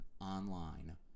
online